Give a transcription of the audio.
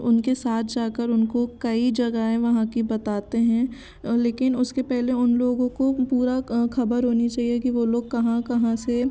उनके साथ जा कर उनको कई जगहें वहाँ की बताते हैं लेकिन उससे पहले उन लोगों को पूरी ख़बर होनी चाहिए कि वो लोग कहाँ कहाँ से